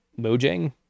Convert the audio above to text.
Mojang